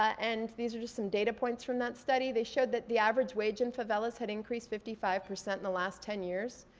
and these are just some data points from that study. they showed that the and so and favelas had increased fifty five percent in the last ten years,